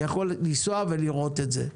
יכול לנסוע ולראות את זה.